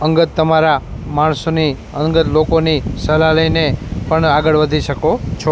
અંગત તમારા માણસોની અંગત લોકોની સલાહ લઈને પણ આગળ વધી શકો છો